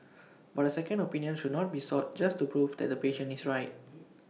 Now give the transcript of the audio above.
but A second opinion should not be sought just to prove that the patient is right